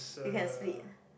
you can split